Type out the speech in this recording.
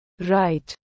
Right